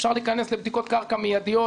אפשר להיכנס לבדיקות קרקע מידיות,